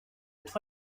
votre